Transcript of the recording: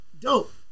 Dope